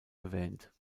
erwähnt